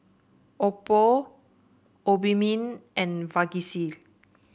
Oppo Obimin and Vagisil